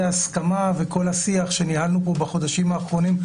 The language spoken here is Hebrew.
ההסכמה וכל השיח שניהלנו פה בחודשים האחרונים,